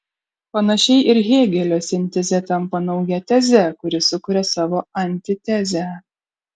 panašiai ir hėgelio sintezė tampa nauja teze kuri sukuria savo antitezę